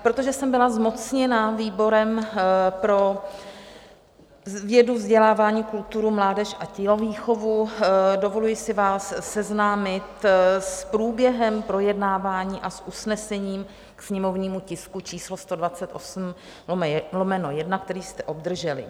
Protože jsem byla zmocněna výborem pro vědu, vzdělání, kulturu, mládež a tělovýchovu, dovoluji si vás seznámit s průběhem projednávání a s usnesením ke sněmovnímu tisku číslo 128/1, který jste obdrželi.